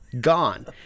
Gone